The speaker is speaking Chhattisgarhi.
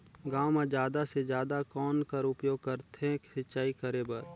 गांव म जादा से जादा कौन कर उपयोग करथे सिंचाई करे बर?